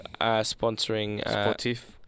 Sponsoring